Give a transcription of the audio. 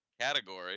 category